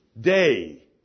day